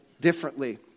differently